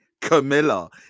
Camilla